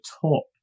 top